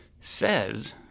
says